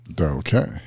Okay